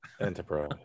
enterprise